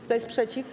Kto jest przeciw?